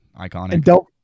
iconic